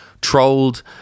trolled